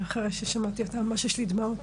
אחרי ששמעתי אותה ממש יש לי דמעות.